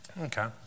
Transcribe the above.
Okay